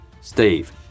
Steve